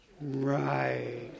Right